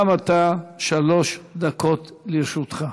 גם אתה, שלוש דקות לרשותך.